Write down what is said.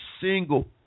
single